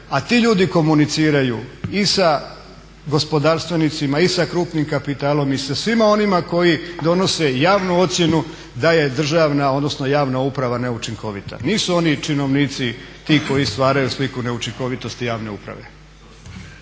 a ti ljudi komuniciraju i sa gospodarstvenicima i sa krupnim kapitalom i sa svima onima koji donose javnu ocjenu da je državna, odnosno javna uprava neučinkovita. Nisu oni činovnici ti koji stvaraju sliku neučinkovitosti javne uprave.